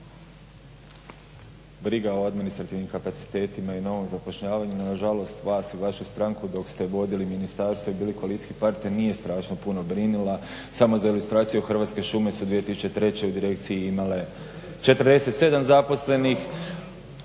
Briga o administrativnim kapacitetima i novom zapošljavanju na žalost vas i vašu stranku dok ste vodili ministarstvo i bili koalicijski partneri nije strašno puno brinula. Samo za ilustraciju Hrvatske šume su 2003. u direkciji imale 47 zaposlenih,